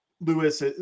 Lewis